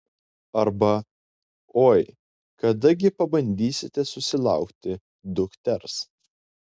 arba oi kada gi pabandysite susilaukti dukters